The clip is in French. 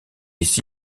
ici